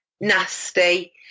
nasty